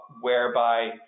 whereby